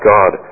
God